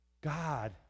God